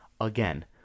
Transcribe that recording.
Again